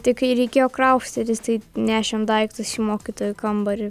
tik kai reikėjo kraustytis tai nešėm daiktus į mokytojų kambarį